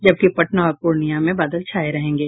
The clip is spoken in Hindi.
जबकि पटना और पूर्णिया में बादल छाये रहेंगे